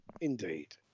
Indeed